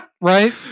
Right